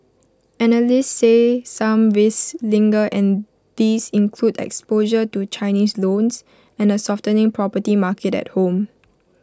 analysts say some risks linger and these include exposure to Chinese loans and A softening property market at home